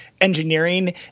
engineering